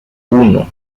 uno